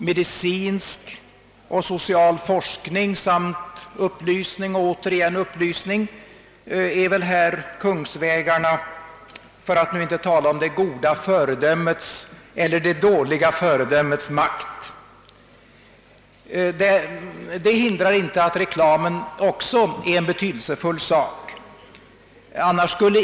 Medicinsk och social forskning samt upplysning och återigen upplysning är här kungsvägarna, för att inte tala om det goda föredömets makt. Det hindrar inte att reklamen också är en betydelsefull sak.